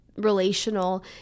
relational